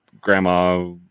grandma